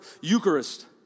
Eucharist